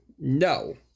No